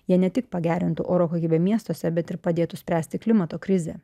jie ne tik pagerintų oro kokybę miestuose bet ir padėtų spręsti klimato krizę